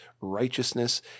righteousness